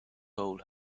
hole